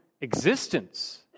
existence